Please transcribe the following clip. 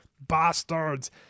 Bastards